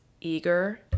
eager